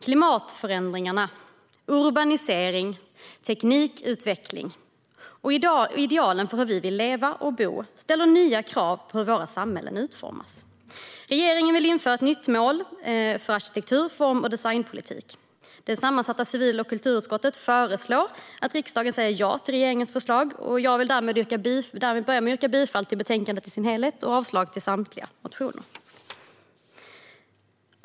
Klimatförändringar, urbanisering, teknikutveckling och ideal för hur vi vill leva och bo ställer nya krav på hur våra samhällen utformas. Regeringen vill därför införa ett nytt nationellt mål för arkitektur, form och designpolitiken. Det sammansatta civil och kulturutskottet föreslår att riksdagen säger ja till regeringens förslag, och jag yrkar därmed bifall till utskottets förslag och avslag på samtliga reservationer.